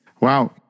Wow